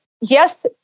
yes